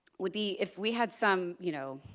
would be if we had some you know